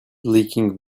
leaking